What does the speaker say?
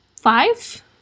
five